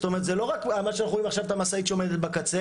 זאת אומרת זה לא רק המשאית שעומדת בקצה,